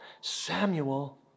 Samuel